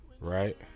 right